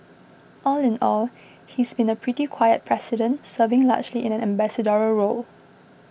all in all he's been a pretty quiet president serving largely in an ambassadorial role